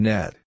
Net